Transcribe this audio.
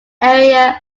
area